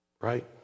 right